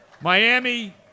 Miami